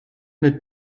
mit